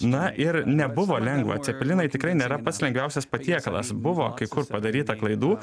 na ir nebuvo lengva cepelinai tikrai nėra pats lengviausias patiekalas buvo kai kur padaryta klaidų